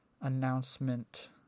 announcement